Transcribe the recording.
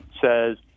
says